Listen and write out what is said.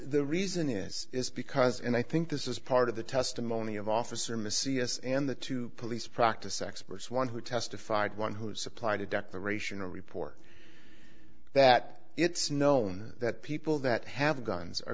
the reason is is because and i think this is part of the testimony of officer in the c s and the two police practice experts one who testified one who supplied a decoration a report that it's known that people that have guns are